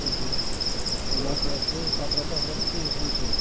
बायदि अमाफ्राबोथ' बाब्राब बाब्राब थैयो सम सम